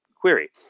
query